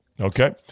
Okay